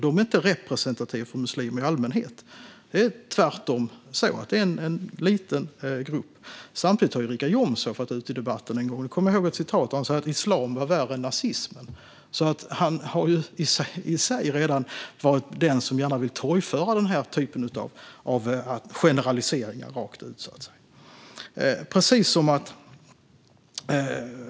De är inte representativa för muslimer i allmänhet. Det är tvärtom en liten grupp. Richard Jomshof har också varit ute i debatten en gång och sagt att islam är värre än nazismen. Det kommer jag ihåg. Han har alltså redan velat torgföra den typen av generaliseringar.